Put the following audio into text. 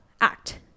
act